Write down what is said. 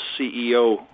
CEO